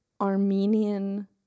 Armenian